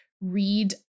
read